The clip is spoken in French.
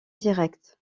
direct